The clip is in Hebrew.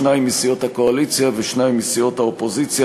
שניים מסיעות הקואליציה ושניים מסיעות האופוזיציה,